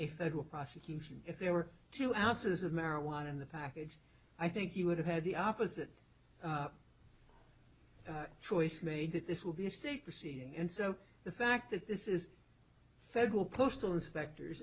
a federal prosecution if there were two ounces of marijuana in the package i think you would have had the opposite choice made that this will be a state proceeding and so the fact that this is federal postal inspectors